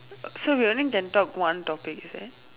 so we only can talk one topic is it